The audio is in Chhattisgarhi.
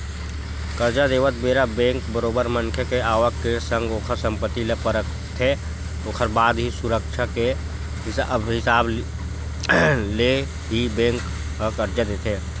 करजा देवत बेरा बेंक बरोबर मनखे के आवक के संग ओखर संपत्ति ल परखथे ओखर बाद ही सुरक्छा के हिसाब ले ही बेंक ह करजा देथे